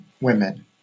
women